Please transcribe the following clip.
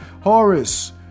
Horus